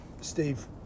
Steve